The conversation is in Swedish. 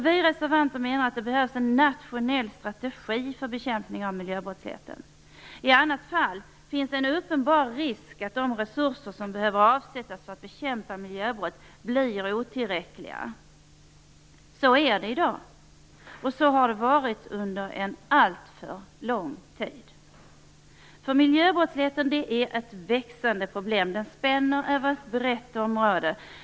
Vi reservanter menar att det behövs en nationell strategi för bekämpning av miljöbrottsligheten. I annat fall finns det en uppenbar risk att de resurser som behöver avsättas för att man skall kunna bekämpa miljöbrott blir otillräckliga. Så är det i dag, och så har det varit under en alltför lång tid. Miljöbrottsligheten är ett växande problem. Den spänner över ett brett område.